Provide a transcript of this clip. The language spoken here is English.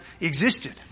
existed